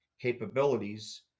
capabilities